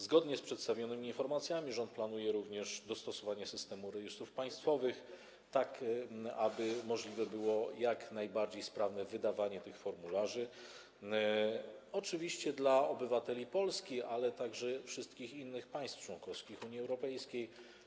Zgodnie z przedstawionymi informacjami rząd planuje również dostosowanie systemu rejestrów państwowych, tak aby możliwe było jak najbardziej sprawne wydawanie tych formularzy, oczywiście dla obywateli Polski, ale także obywateli wszystkich innych państw członkowskich Unii Europejskiej.